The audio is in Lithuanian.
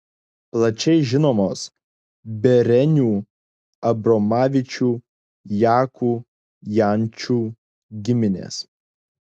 plačiai žinomos berenių abromavičių jakų jančų giminės